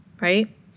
right